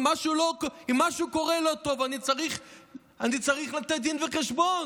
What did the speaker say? אם משהו לא טוב קורה, אני צריך לתת דין וחשבון.